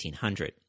1800